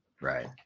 Right